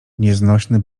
nieznośny